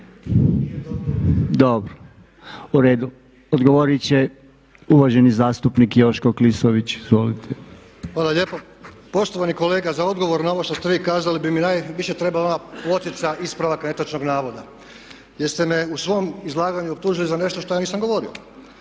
Dobro. U redu. Odgovorit će uvaženi zastupnik Joško Klisović. Izvolite. **Klisović, Joško (SDP)** Hvala lijepa. Poštovani kolega za odgovor na ovo što ste vi kazali bi mi najviše trebala pločica ispravak netočnog navoda. Jer ste me u svom izlaganju optužili za nešto što ja nisam govorio.